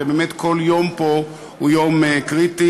ובאמת, כל יום פה הוא יום קריטי.